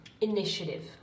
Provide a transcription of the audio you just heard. Initiative